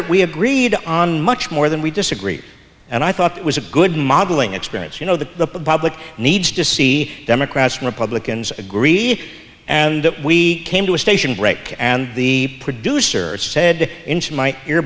that we agreed on much more than we disagree and i thought it was a good modeling experience you know that the public needs to see democrats and republicans agreed and we came to a station break and the producer said into my ear